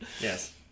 Yes